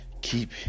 Keep